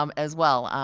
um as well.